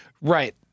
Right